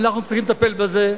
ואנחנו צריכים לטפל בזה,